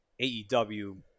AEW